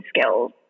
skills